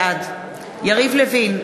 בעד יריב לוין,